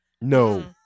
No